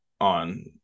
on